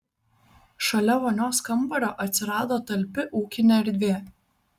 šalia vonios kambario atsirado talpi ūkinė erdvė